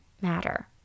matter